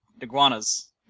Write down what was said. iguanas